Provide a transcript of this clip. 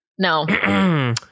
No